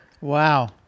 wow